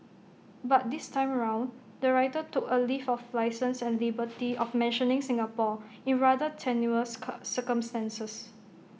but this time round the writer took A leave of licence and liberty of mentioning Singapore in rather tenuous circumstances